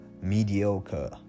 mediocre